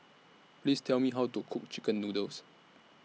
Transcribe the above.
Please Tell Me How to Cook Chicken Noodles